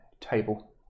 table